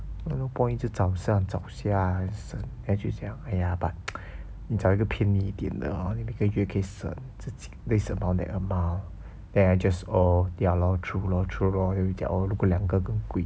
then no point 一直找上找下 ya 就这样 !aiya! but 找一个便宜一点的 lor maybe 可以省自己可以省 on that amount then 他 just orh ya lor true lor true lor then 我就讲 orh 如果两个更贵